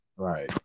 Right